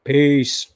Peace